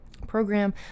program